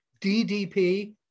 DDP